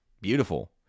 beautiful